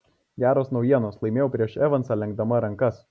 geros naujienos laimėjau prieš evansą lenkdama rankas